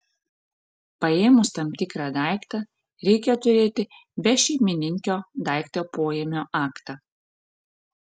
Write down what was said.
paėmus tam tikrą daiktą reikia turėti bešeimininkio daikto poėmio aktą